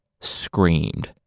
screamed